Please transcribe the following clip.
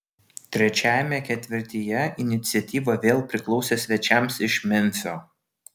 trečiajame ketvirtyje iniciatyva vėl priklausė svečiams iš memfio